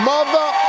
mother!